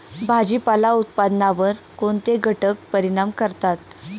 भाजीपाला उत्पादनावर कोणते घटक परिणाम करतात?